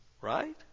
right